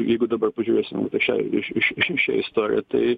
jeigu dabar pažiūrėsim į šią iš iš iš į šią istoriją tai